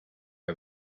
are